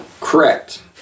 Correct